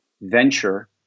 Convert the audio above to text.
venture